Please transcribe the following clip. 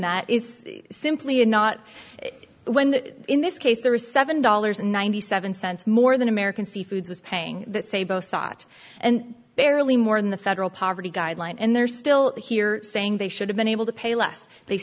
that is simply a not when in this case there is seven dollars ninety seven cents more than american seafoods was paying that say both saat and barely more than the federal poverty guideline and they're still here saying they should have been able to pay less they